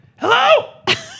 Hello